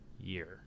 year